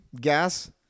gas